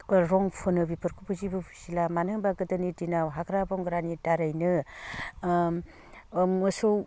रं फुनो बेफोरखौबो बुजिला मानो होनोब्ला गोदोनि दिनाव हाग्रा बंग्रानि दारैनो मोसौखौ